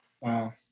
Wow